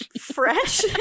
Fresh